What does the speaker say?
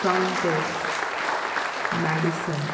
countess madison